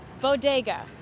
bodega